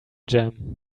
jam